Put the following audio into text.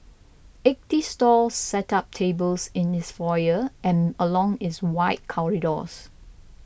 eighty stalls set up tables in its foyer and along its wide corridors